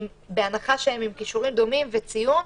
בהנחה שהם עם כישורים דומים וציון,